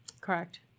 Correct